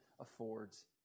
affords